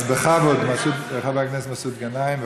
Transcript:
אז בכבוד, חבר הכנסת מסעוד גנאים.